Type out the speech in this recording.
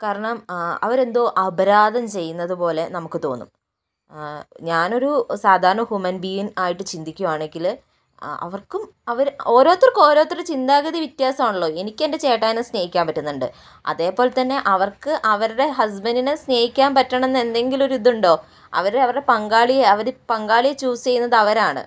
കാരണം അവരെന്തോ അപരാധം ചെയ്യുന്നത് പോലെ നമുക്ക് തോന്നും ഞാനൊരു സാധാരണ ഹ്യൂമൻ ബീയിംഗ് ആയിട്ട് ചിന്തിക്കുകയാണെങ്കില് അവർക്കും അവര് ഓരോരുത്തർക്കും ഓരോരുത്തരുടെ ചിന്താഗതി വ്യത്യാസമാണല്ലോ എനിക്ക് എൻ്റെ ചേട്ടായിനെ സ്നേഹിക്കാൻ പറ്റുന്നുണ്ട് അതേപോലെത്തന്നെ അവർക്ക് അവരുടെ ഹസ്ബൻഡിനെ സ്നേഹിക്കാൻ പറ്റണമെന്ന് എന്തെങ്കിലും ഒരിതുണ്ടോ അവര് അവരുടെ പങ്കാളിയെ അവര് പങ്കാളിയെ ചൂസ് ചെയ്യുന്നതവരാണ്